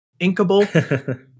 inkable